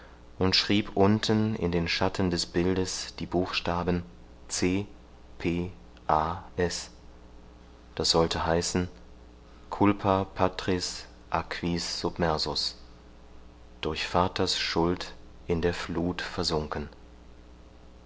und schrieb unten in den schatten des bildes die buchstaben c p a s das sollte heißen culpa patris aquis submersus durch vaters schuld in der fluth versunken